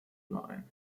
überein